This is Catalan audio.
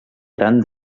gran